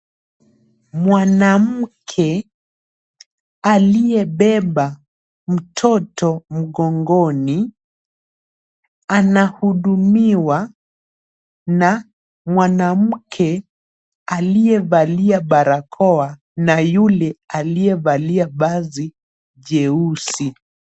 Mwanamke aliyebeba mtoto mgongoni anahudumiwa na mwanamke aliyevalia barakoa na yule aliyevalia vazi jeusi.